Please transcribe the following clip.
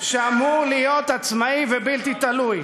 שאמור להיות עצמאי ובלתי תלוי,